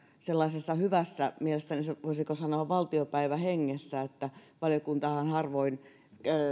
sellaisessa hyvässä voisiko sanoa valtiopäivähengessä valiokuntahan harvoin